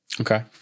Okay